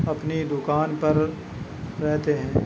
اپنی دُکان پر رہتے ہیں